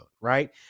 Right